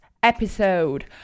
episode